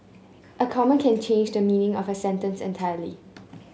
a comma can change the meaning of a sentence entirely